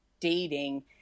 dating